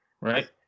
right